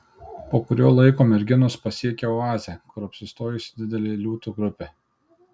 po kurio laiko merginos pasiekia oazę kur apsistojusi didelė liūtų grupė